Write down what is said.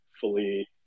fully